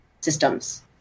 systems